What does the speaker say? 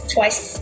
Twice